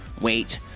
Wait